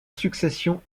succession